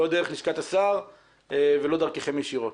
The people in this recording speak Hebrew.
לא דרך לשכת השר ולא דרככם ישירות.